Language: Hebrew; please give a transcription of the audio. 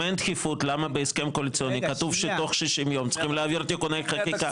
למה בהסכם קואליציוני כתוב שתוך 60 יום צריכים להעביר תיקוני חקיקה?